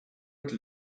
would